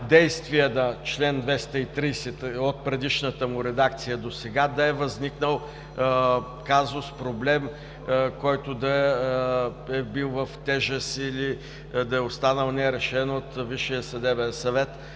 действие на чл. 230 от предишната му редакция досега да е възникнал казус, проблем, който да е бил в тежест или да е останал нерешен от Висшия съдебен съвет,